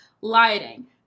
lighting